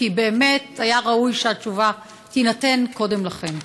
כי באמת היה ראוי שהתשובה תינתן קודם לכן.